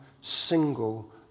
single